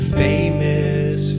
famous